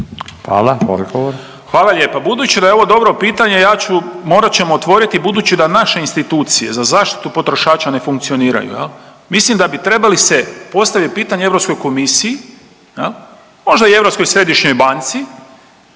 **Lalovac, Boris (SDP)** Hvala lijepa. Budući da je ovo dobro pitanje ja ću, morat ćemo otvoriti budući da naše institucije za zaštitu potrošača ne funkcioniraju jel mislim da bi trebali se postavit pitanje Europskoj komisiji jel, možda i Europskoj središnjoj banci